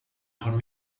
har